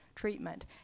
Treatment